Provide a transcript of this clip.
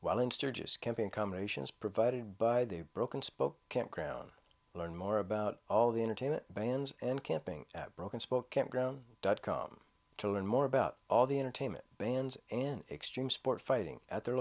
while in sturgis camping combinations provided by the broken spoke campground learn more about all the entertainment bans and camping at broken spoke campground dot com to learn more about all the entertainment bans in extreme sport fighting at their